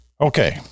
Okay